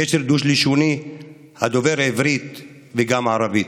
גשר דו-לשוני הדובר עברית וגם ערבית.